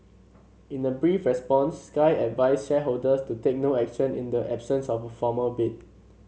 in a brief response Sky advised shareholders to take no action in the absence of a formal bid